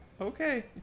okay